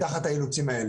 תחת האילוצים האלה.